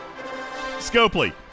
Scopely